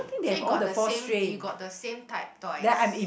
so you got the same you got the same type twice